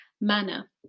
manner